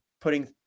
putting